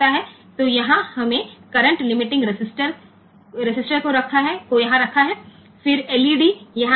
तो यहां हमने करंट लिमिटिंग रेजिस्टेंस को यहां रखा है फिर एलईडी यहाँ है